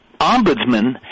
ombudsman